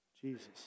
Jesus